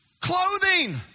clothing